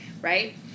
Right